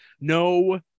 no